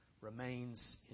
remains